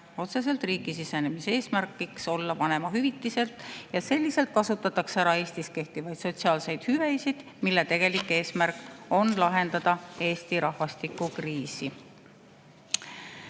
siis võib riiki sisenemise eesmärgiks olla otseselt vanemahüvitis. Ja selliselt kasutatakse ära Eestis kehtivaid sotsiaalseid hüvesid, mille tegelik eesmärk on lahendada Eesti rahvastikukriisi.